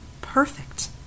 perfect